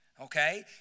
okay